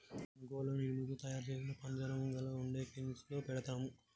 మనం కోళ్లను ఇనుము తో తయారు సేసిన పంజరంలాగ ఉండే ఫీన్స్ లో పెడతాము